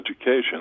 education